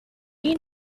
you